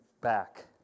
back